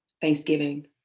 Thanksgiving